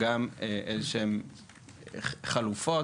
לקבל חלופות